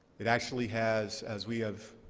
it actually has, as we have